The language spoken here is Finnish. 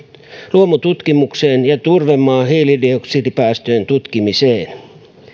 luomututkimukseen ja turvemaan hiilidioksidipäästöjen tutkimiseen